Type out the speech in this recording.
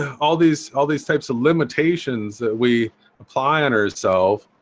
all these all these types of limitations that we apply on herself